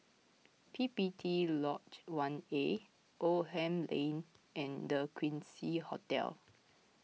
P P T Lodge one A Oldham Lane and the Quincy Hotel